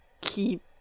keep